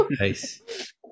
Nice